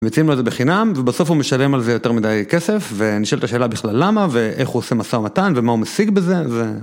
מציעים לו את זה בחינם ובסוף הוא משלם על זה יותר מדי כסף ואני שואל את השאלה בכלל למה, ואיך הוא עושה משא ומתן ומה הוא משיג בזה ו.